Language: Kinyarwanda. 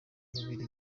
bubiligi